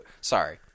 Sorry